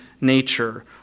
nature